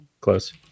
close